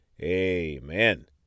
amen